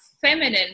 feminine